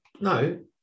No